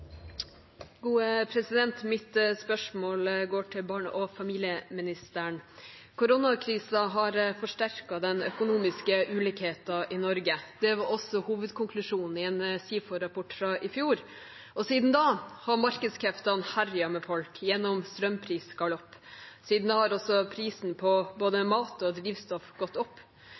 går til barne- og familieministeren. Koronakrisen har forsterket den økonomiske ulikheten i Norge. Det var også hovedkonklusjonen i en SIFO-rapport fra i fjor. Siden da har markedskreftene herjet med folk gjennom strømprisgalopp. Siden da har også prisen på både mat og drivstoff gått opp.